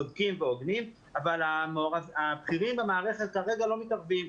צודקים והוגנים אבל הבכירים במערכת כרגע לא מתערבים,